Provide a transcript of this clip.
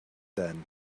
then